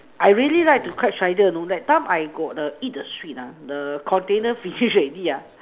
I really like to catch spider know that time I got the eat the sweet ah the container finish already ah